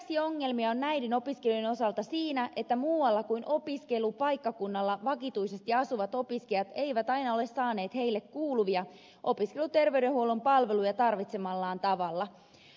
lisäksi ongelmia on näiden opiskelijoiden osalta siinä että muualla kuin opiskelupaikkakunnalla vakituisesti asuvat opiskelijat eivät aina ole saaneet heille kuuluvia opiskeluterveydenhuollon palveluja tarvitsemallaan tavalla